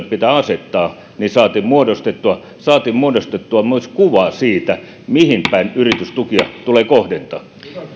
pitää asettaa saatiin muodostettua saatiin muodostettua myös kuva siitä mihin päin yritystukia tulee kohdentaa